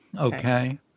Okay